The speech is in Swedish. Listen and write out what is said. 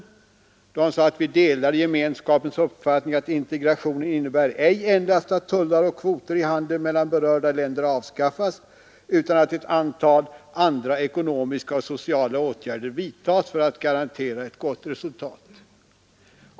Vidare sade han att vi delade gemenskapens uppfattning att integrationen innebar ej endast att tullar och kvoter i handeln mellan berörda länder skulle avskaffas utan att ett antal andra ekonomiska och sociala åtgärder skulle vidtas för att garantera ett gott resultat.